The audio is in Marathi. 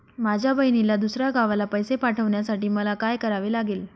माझ्या बहिणीला दुसऱ्या गावाला पैसे पाठवण्यासाठी मला काय करावे लागेल?